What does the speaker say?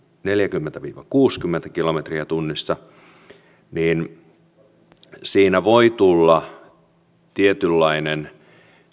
neljäkymmentä viiva kuusikymmentä kilometriä tunnissa niin siinä voi tulla tietynlainen